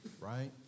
right